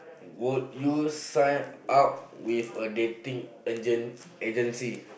would you sign up with a dating agent agency